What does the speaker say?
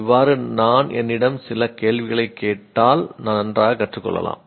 இவ்வாறு நான் என்னிடம் சில கேள்விகளைக் கேட்டால் நான் நன்றாகக் கற்றுக்கொள்ளலாம்